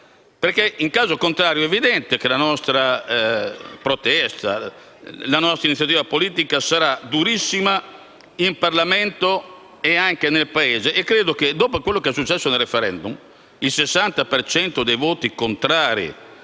In caso contrario, è evidente che la nostra protesta e la nostra iniziativa politica saranno durissime in Parlamento e anche nel Paese. E credo che, dopo quello che è successo al *referendum*, che ha visto